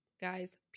guys